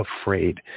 afraid